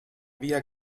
via